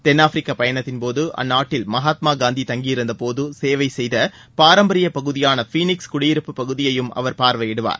தென் Africa பயணத்தின் போது அந்நாட்டில் மகாத்மா காந்தி தங்கியிருந்தபோது சேவை செய்த பாரம்பரிய பகுதியான பீனிக்ஸ் குடியிருப்புப் பகுதியையும் அவர் பார்வையிடுவார்